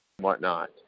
whatnot